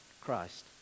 Christ